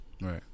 Right